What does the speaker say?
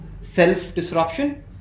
self-disruption